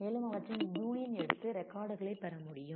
மேலும் அவற்றின் யூனியன் எடுத்து ரெக்கார்டுகளை பெற முடியும்